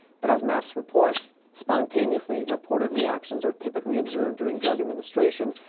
but as maps reports spontaneously reported reactions are typically observed during drug administration,